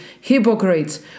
hypocrites